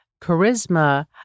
charisma